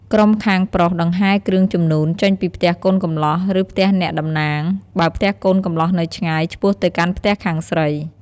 ក្រុមខាងប្រុសដង្ហែរគ្រឿងជំនូនចេញពីផ្ទះកូនកម្លោះ ឬផ្ទះអ្នកតំណាង បើផ្ទះកូនកម្លោះនៅឆ្ងាយ ឆ្ពោះទៅកាន់ផ្ទះខាងស្រី។